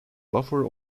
buffer